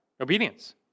obedience